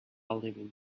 living